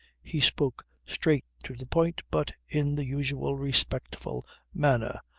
he spoke straight to the point but in the usual respectful manner.